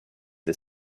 the